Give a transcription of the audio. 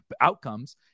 outcomes